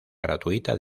gratuita